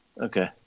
Okay